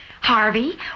harvey